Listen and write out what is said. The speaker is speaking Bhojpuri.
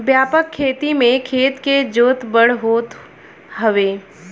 व्यापक खेती में खेत के जोत बड़ होत हवे